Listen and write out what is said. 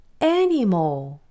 animal。